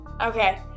Okay